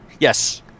Yes